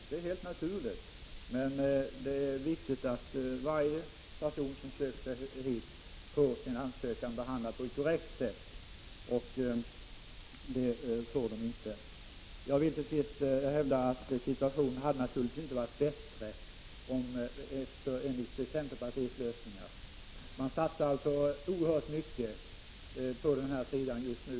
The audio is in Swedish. Det är helt naturligt, men det är viktigt att varje person som söker sig hit får sin ansökan behandlad på ett korrekt sätt. Jag vill till sist hävda att situationen naturligtvis inte hade varit bättre med centerpartiets lösningar. Det satsas oerhört mycket just nu.